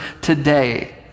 today